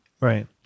right